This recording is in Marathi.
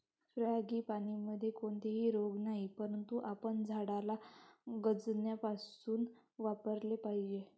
फ्रांगीपानीमध्ये कोणताही रोग नाही, परंतु आपण झाडाला गंजण्यापासून वाचवले पाहिजे